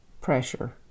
pressure